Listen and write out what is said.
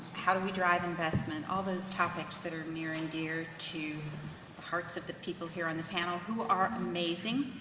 how do we drive investment, all those topics that are near and dear to hearts of the people here on the panel, who are amazing.